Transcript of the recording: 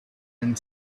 and